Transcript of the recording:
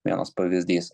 vienas pavyzdys